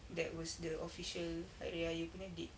that was the official hari raya punya date